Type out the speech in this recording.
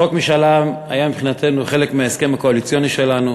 חוק משאל עם היה מבחינתנו חלק מההסכם הקואליציוני שלנו.